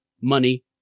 money